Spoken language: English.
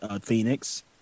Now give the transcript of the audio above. Phoenix